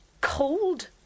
cold